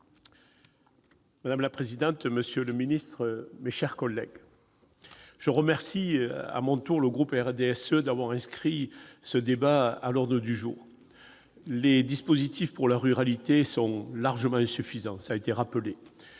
Madame la présidente, monsieur le ministre, mes chers collègues, je remercie le groupe du RDSE d'avoir inscrit ce débat à l'ordre du jour. Les dispositifs pour la ruralité sont largement insuffisants. Oui, les zones